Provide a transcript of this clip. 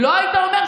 גם את זה לא אמרתי.